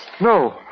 No